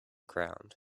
ground